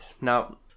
Now